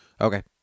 Okay